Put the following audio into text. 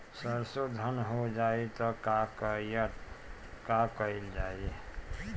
सरसो धन हो जाई त का कयील जाई?